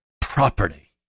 property